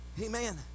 Amen